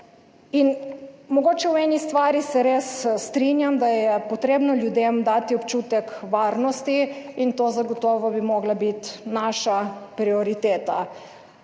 In mogoče v eni stvari se res strinjam, da je potrebno ljudem dati občutek varnosti in to zagotovo bi morala biti naša prioriteta,